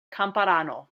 kamparano